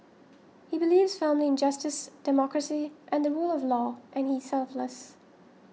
he believes firmly in justice democracy and the rule of law and he is selfless